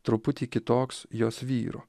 truputį kitoks jos vyro